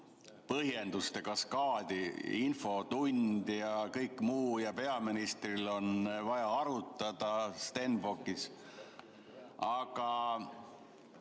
põhjenduste kaskaadi: infotund ja kõik muu ja peaministril on vaja arutada Stenbockis. Täna